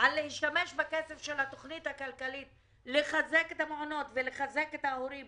על להשתמש בכסף של התוכנית הכלכלית לחזק את המעונות ולחזק את ההורים